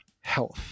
health